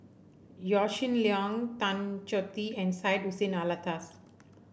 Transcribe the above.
Yaw Shin Leong Tan Choh Tee and Syed Hussein Alatas